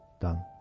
done